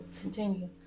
continue